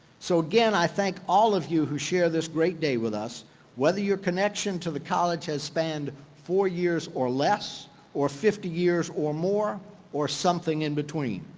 so again, i thank all of you who share this great day with us whether your connection to the college has spanned four years or less or fifty years or more or something in between.